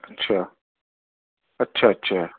اچھا اچھا اچھا